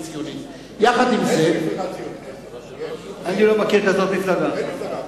יחד עם זה, אני לא מכיר כזאת מפלגה.